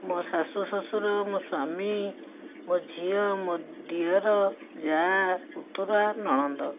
ମୋ ଶାଶୁ ଶ୍ୱଶୁର ମୋ ସ୍ୱାମୀ ମୋ ଝିଅ ମୋ ଦିଅର ଜା' ପୁତୁରା ନଣନ୍ଦ